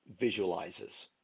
visualizers